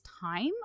time